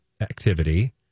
activity